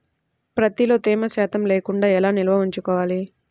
ప్రత్తిలో తేమ శాతం లేకుండా ఎలా నిల్వ ఉంచుకోవాలి?